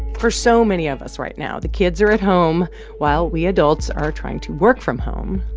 for so many of us right now, the kids are at home while we adults are trying to work from home.